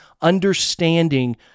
understanding